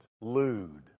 lewd